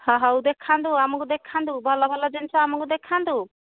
ହଁ ହଉ ଦେଖାନ୍ତୁ ଆମକୁ ଦେଖାନ୍ତୁ ଭଲ ଭଲ ଜିନଷ ଆମକୁ ଦେଖାନ୍ତୁ